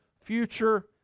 future